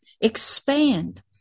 Expand